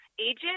agent